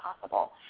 possible